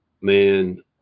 man